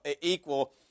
equal